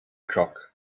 krok